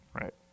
Right